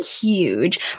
huge